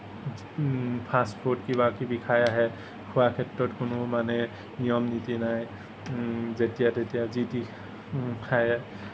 fast food কিবাকিবি খাই আহে খোৱাৰ ক্ষেত্ৰত কোনো মানে নিয়ম নীতি নাই যেতিয়া তেতিয়া যিটি খায়